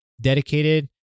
dedicated